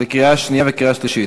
בקריאה שנייה ובקריאה שלישית.